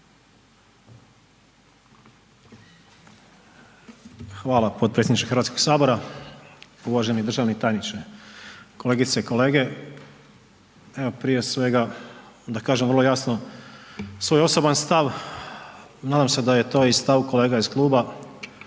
Hvala potpredsjedniče Hrvatskoga sabora, uvaženi državni tajniče, kolegice i kolege. Evo prije svega da kažem vrlo jasno svoj osoban stav, nadam se da je to i stav kolega iz kluba.